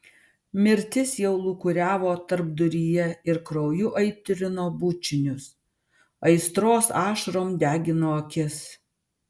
mirtis jau lūkuriavo tarpduryje ir krauju aitrino bučinius aistros ašarom degino akis